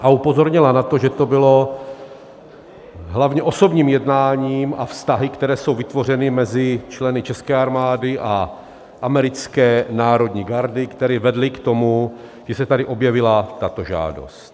A upozornila na to, že to bylo hlavně osobním jednáním a vztahy, které jsou vytvořeny mezi členy české armády a americké národní gardy, které vedly k tomu, že se tady objevila tato žádost.